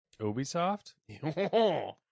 Ubisoft